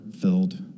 filled